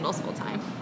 full-time